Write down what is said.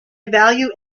value